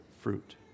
fruit